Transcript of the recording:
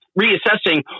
reassessing